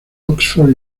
oxford